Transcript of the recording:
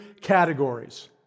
categories